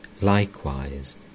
likewise